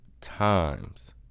times